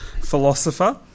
philosopher